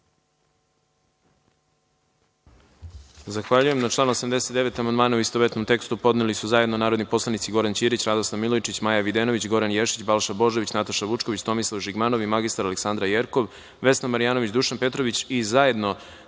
Zahvaljujem. Na član 89. amandmane, u istovetnom tekstu, podneli su zajedno narodni poslanici Goran Ćirić, Radoslav Milojčić, Maja Videnović, Goran Ješić, Balša Božović, Nataša Vučković, Tomislav Žigmanov i mr Aleksandra Jerkov, Vesna Marjanović, Dušan Petrović i zajedno